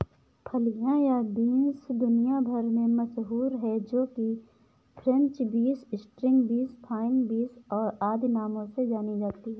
फलियां या बींस दुनिया भर में मशहूर है जो कि French beans, string beans, fine beans आदि नामों से जानी जाती है